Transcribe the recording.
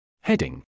Heading